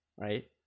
right